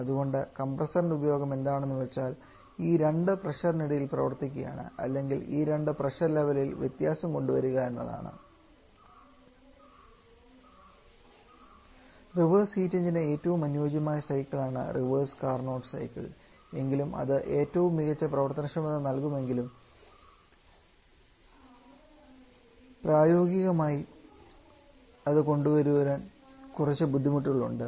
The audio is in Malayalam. അതുകൊണ്ട് കംപ്രസ്സർൻറെ ഉപയോഗം എന്താണെന്ന് വെച്ചാൽ ഈ രണ്ട് പ്രഷറിന് ഇടയിൽ പ്രവർത്തിക്കുകയാണ് അല്ലെങ്കിൽ ഈ രണ്ട് പ്രഷർ ലെവലിൽ വ്യത്യാസം കൊണ്ടുവരിക എന്നതാണ് റിവേഴ്സ് ഹീറ്റ് എന്ജിന് ഏറ്റവും അനുയോജ്യമായ സൈക്കിളാണ് റിവേഴ്സ് കാരനോട്ട് സൈക്കിൾ അത് ഏറ്റവും മികച്ച പ്രവർത്തനക്ഷമത നൽകുമെങ്കിലും അത് പ്രായോഗികമായി കൊണ്ടുവരാൻ കുറച്ച് ബുദ്ധിമുട്ടുകളുണ്ട്